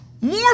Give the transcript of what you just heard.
more